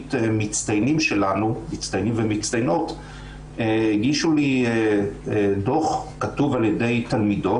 בתוכנית מצטיינים ומצטיינות שלנו הגישו לי דוח כתוב על-ידי תלמידות,